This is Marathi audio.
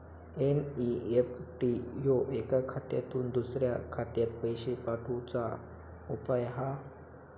एन.ई.एफ.टी ह्यो एका खात्यातुन दुसऱ्या खात्यात पैशे पाठवुचो उपाय हा